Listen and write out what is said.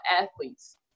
athletes